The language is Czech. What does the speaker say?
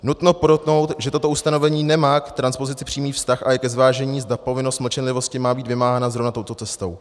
Nutno podotknout, že toto ustanovení nemá k transpozici přímý vztah a je ke zvážení, zda povinnost mlčenlivosti má být vymáhána zrovna touto cestou.